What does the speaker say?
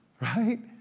right